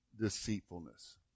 deceitfulness